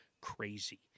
crazy